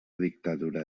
dictadura